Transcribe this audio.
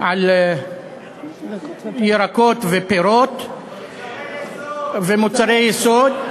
על ירקות ופירות ומוצרי יסוד.